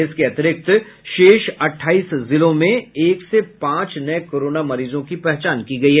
इसके अतिरिक्त शेष अट्ठाईस जिलों में एक से पांच नये कोरोना मरीजों की पहचान की गयी